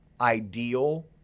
ideal